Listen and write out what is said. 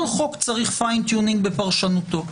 כל חוק צריך פיין טיונינג בפרשנותו.